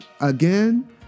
again